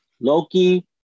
Loki